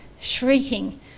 shrieking